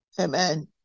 Amen